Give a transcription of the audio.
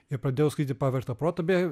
ir pradėjau skaityti pavergtą protą beje